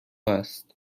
است